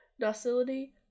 docility